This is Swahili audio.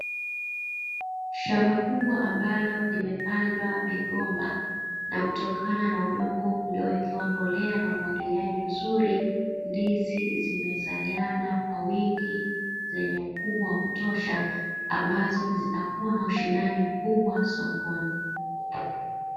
Shamba kubwa ambalo limepandwa migomba, na kutokana na udongo uliowekewa mbolea na umwagiliaji mzuri ndizi zimezaliana kwa wingi zenye ukubwa wa kutosha, ambazo zinakuwa na ushindani mkubwa sokoni.